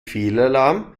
fehlalarm